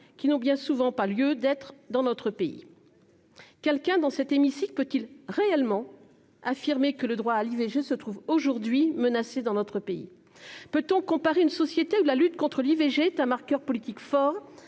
qui n'ont bien souvent pas lieu d'être dans notre pays. Quelqu'un dans cet hémicycle peut-il réellement affirmer que le droit à l'IVG se trouve aujourd'hui menacé dans notre pays ? Peut-on comparer une société où la lutte contre l'IVG est un marqueur politique fort